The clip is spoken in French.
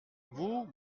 vous